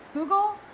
google,